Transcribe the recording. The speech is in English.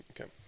Okay